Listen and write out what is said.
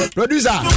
Producer